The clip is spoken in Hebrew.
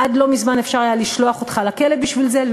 עד לא מזמן אפשר היה לשלוח אותך לכלא בשביל זה,